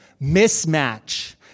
mismatch